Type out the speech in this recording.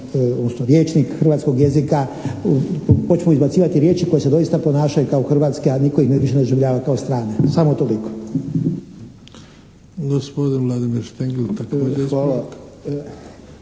rječnik hrvatskog jezika počnu izbacivati riječi koje se doista ponašaju kao hrvatske, a nitko ih više ne doživljava kao strane. Samo toliko.